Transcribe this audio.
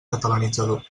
catalanitzador